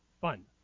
fun